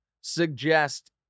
suggest